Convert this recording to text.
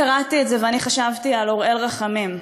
קראתי את זה וחשבתי על אוראל רחמים,